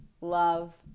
love